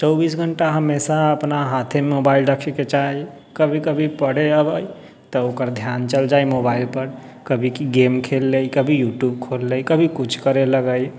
चौबीस घण्टा हमेशा अपना हाथेमे मोबाइल रखैके चाहै कभी कभी पढ़ै अबै तऽ ओकर धिआन चलि जाइ मोबाइलपर कभी गेम खेलि लै कभी यूट्यूब खोलि लै कभी किछु करै लगै